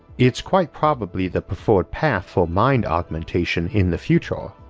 it's quite probably the preferred path for mind augmentation in the future.